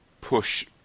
push